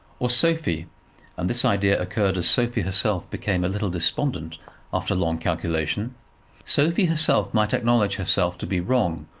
or sophie and this idea occurred as sophie herself became a little despondent after long calculation sophie herself might acknowledge herself to be wrong,